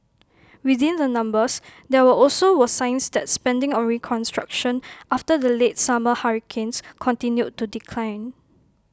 within the numbers there were also were signs that spending on reconstruction after the late summer hurricanes continued to decline